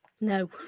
No